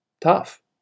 tough